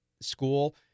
school